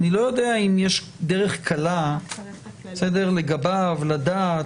אני לא יודע אם יש דרך קלה לגביו לדעת.